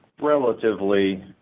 relatively